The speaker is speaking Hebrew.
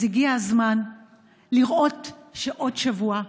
אז הגיע הזמן לראות שעוד שבוע,